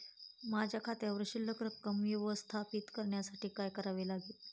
माझ्या खात्यावर शिल्लक रक्कम व्यवस्थापित करण्यासाठी काय करावे लागेल?